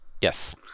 Yes